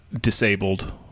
disabled